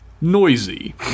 noisy